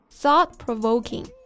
thought-provoking 。